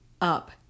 up